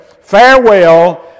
farewell